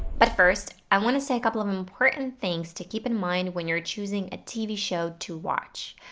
but first, i want to say a couple of important things to keep in mind when you're choosing a tv show to watch.